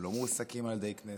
הם לא מועסקים על ידי הכנסת.